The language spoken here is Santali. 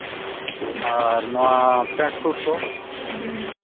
ᱟᱨ ᱱᱚᱣᱟ ᱯᱮᱱᱴ ᱥᱩᱴ ᱠᱚ